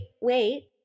wait